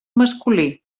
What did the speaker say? masculí